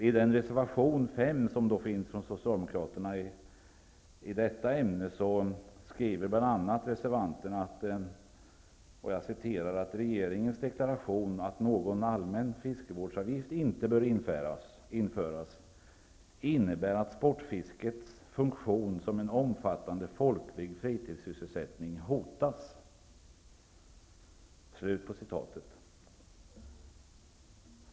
I reservation 5 från socialdemokraterna i detta ämne skriver reservanterna bl.a. ''Regeringens deklaration att någon allmän fiskevårdsavgift inte bör införas innebär att sportfiskets funktion som omfattande folklig fritidssysselsättning hotas.''